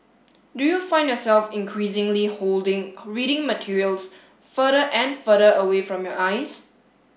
do you find yourself increasingly holding reading materials further and further away from your eyes